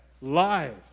live